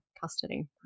custody